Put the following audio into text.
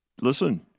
listen